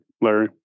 Larry